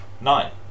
nine